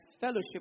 fellowship